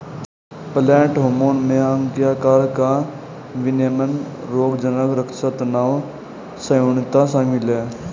plant hormone में अंग के आकार का विनियमन रोगज़नक़ रक्षा तनाव सहिष्णुता शामिल है